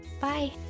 Bye